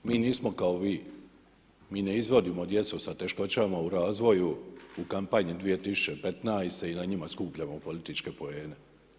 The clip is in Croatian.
Mi nismo kao vi, mi ne izvodimo djecu sa teškoćama u razvoju u kampanji 2015. i na njima skupljamo političke poene.